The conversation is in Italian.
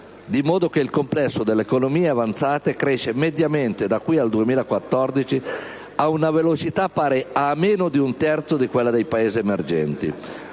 di modo che il complesso delle economie avanzate cresce mediamente di qui al 2014 ad una velocità pari a meno di un terzo di quella dei Paesi emergenti,